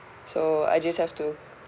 so I just have to